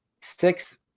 six